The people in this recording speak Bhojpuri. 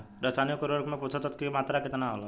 रसायनिक उर्वरक मे पोषक तत्व के मात्रा केतना होला?